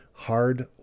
hard